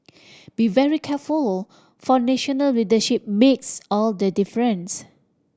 be very careful for national leadership makes all the difference